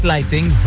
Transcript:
Lighting